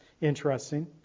interesting